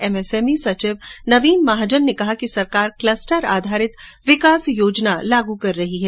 MSME सचिव नवीन महाजन ने कहा कि सरकार कलस्टर आधारित विकास योजना लागू कर रही है